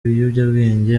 biyobyabwenge